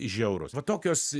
žiaurūs va tokios